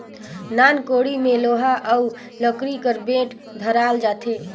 नान कोड़ी मे लोहा अउ लकरी कर बेठ धराल जाथे